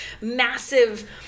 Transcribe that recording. massive